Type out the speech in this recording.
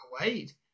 wait